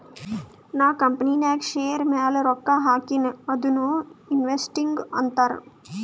ನಾ ಕಂಪನಿನಾಗ್ ಶೇರ್ ಮ್ಯಾಲ ರೊಕ್ಕಾ ಹಾಕಿನಿ ಅದುನೂ ಇನ್ವೆಸ್ಟಿಂಗ್ ಅಂತಾರ್